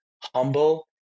humble